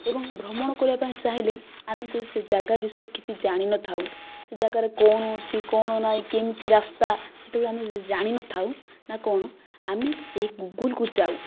ଏବଂ ଭ୍ରମଣ କରିବା ପାଇଁ ଚାହିଁଲେ ଆମେ ସେ ସେ ଯାଗା ବିଷୟରେ କିଛି ଜାଣିନଥାଉ ସେ ଯାଗାରେ କ'ଣ ଅଛି କ'ଣ ନାହିଁ କେମିତି ରାସ୍ତା ସେତେବେଳେ ଆମେ ଜାଣିନଥାଉ ନା କ'ଣ ଆମେ ଏ ଗୁଗଲ୍କୁ ଯାଉ